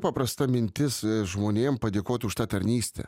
paprasta mintis žmonėm padėkot už tą tarnystę